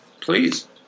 Please